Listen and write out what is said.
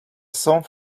song